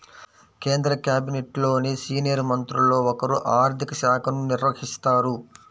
కేంద్ర క్యాబినెట్లోని సీనియర్ మంత్రుల్లో ఒకరు ఆర్ధిక శాఖను నిర్వహిస్తారు